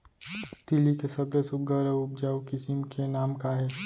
तिलि के सबले सुघ्घर अऊ उपजाऊ किसिम के नाम का हे?